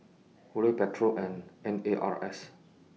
Hurley Pedro and N A R S